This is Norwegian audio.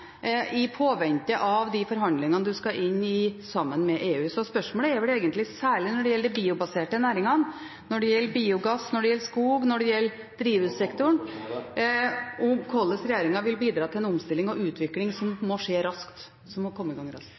i påvente av de forhandlingene en skal inn i med EU. Spørsmålet er vel egentlig særlig når det gjelder de biobaserte næringene, når det gjelder biogass, når det gjelder skog og når det gjelder drivhussektoren – hvordan vil regjeringen bidra til en omstilling og utvikling som må komme i gang raskt?